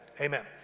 Amen